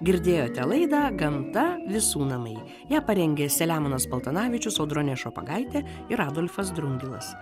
girdėjote laidą gamta visų namai ją parengė selemonas paltanavičius audronė šopagaitė ir adolfas drungilas